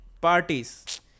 parties